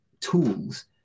tools